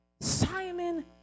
Simon